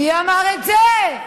מי אמר את זה?